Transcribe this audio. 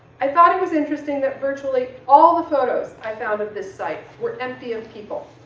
i thought it was interesting that virtually all the photos i found of this site were empty of people,